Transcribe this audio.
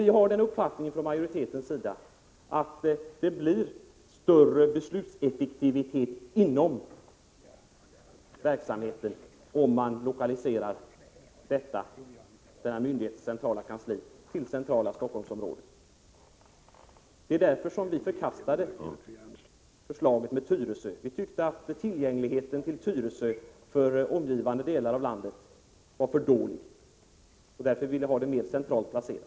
Vi har den uppfattningen från majoritetens sida att det blir större beslutseffektivitet inom verksamheten om man lokaliserar denna myndighets centrala kansli till det centrala Stockholmsområdet. Det är därför som vi förkastar förslaget om Tyresö. Vi tyckte att tillgängligheten till Tyresö för omgivande delar av landet var för dålig — vi ville ha kansliet mer centralt placerat.